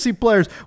players